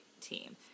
team